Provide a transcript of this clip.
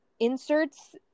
inserts